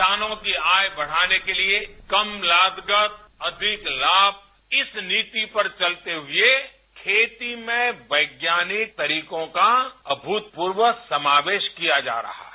किसानों की आय बढ़ाने के लिए कम लागत अधिक लाभ इस नीति पर चलते हुए खेती में वैज्ञानिक तरीकों का अभूतपूर्व समावेश किया जा रहा है